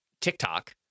TikTok